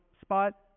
spot